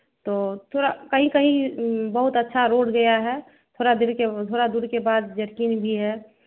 तो थोड़ा कहीं कहीं बहुत अच्छा रोड दिया है थोड़ा दूरी के थोड़ा दूरी के बाद जरकिंग भी है